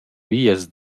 vias